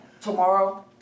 Tomorrow